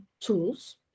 tools